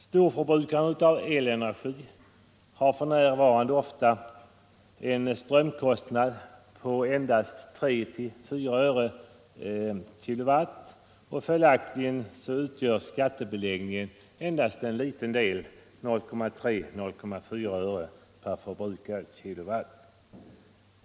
Storförbrukarna av elenergi har för närvarande ofta en strömkostnad på endast 3-4 öre per kWh, och följaktligen utgör skattebeläggningen här endast 0,3 eller 0,4 öre per kWh.